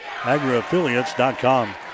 agriaffiliates.com